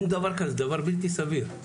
אין דבר כזה, זה דבר בלתי סביר.